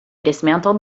dismantled